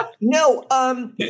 No